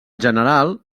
general